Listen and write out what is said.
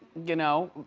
you know,